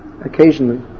occasionally